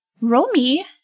Romy